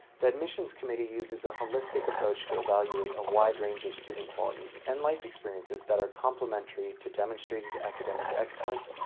the admissions committee uses a holistic approach to evaluate a wide range of student qualities and life experiences that are complementary to demonstrated academic excellence,